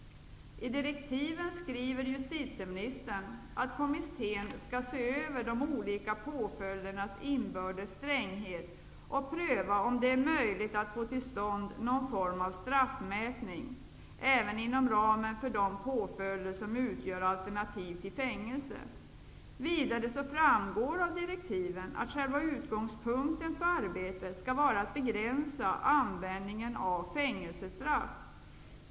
I direktiven skriver justitieministern att kommittén också skall se över de olika påföljdernas inbördes stränghet och pröva om det är möjligt att få till stånd någon form av straffmätning, även inom ramen för de påföljder som utgör alternativ till fängelse. Vidare framgår av direktiven att själva utgångspunkten för arbetet skall vara att begränsa användningen av fängelsestraff.